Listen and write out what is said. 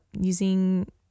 using